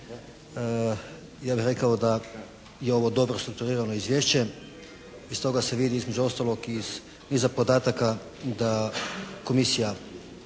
Ja bih rekao da je ovo dobro strukturirano izvješće. Iz toga se vidi između ostalog iz, iza podataka da komisija